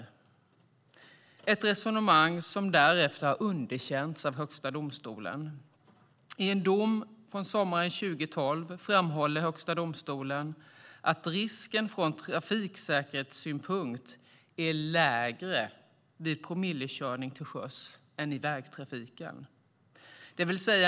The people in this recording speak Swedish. Det är ett resonemang som därefter har underkänts av Högsta domstolen. I en dom från sommaren 2012 framhåller Högsta domstolen att risken från trafiksäkerhetssynpunkt är lägre vid promillekörning till sjöss än vid vägtrafik.